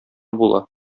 була